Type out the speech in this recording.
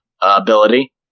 ability